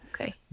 Okay